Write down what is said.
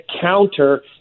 counter